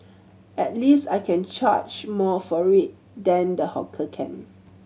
at least I can charge more for it than the hawker can